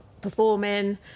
performing